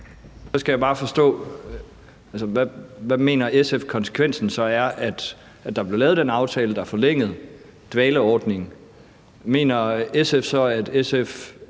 Så skal jeg bare forstå, hvad SF så mener konsekvensen er af, at der blev lavet den aftale, der forlængede dvaleordningen. Er SF stadig